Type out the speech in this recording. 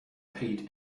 paid